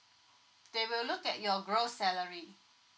they will look at your gross salary